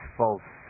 false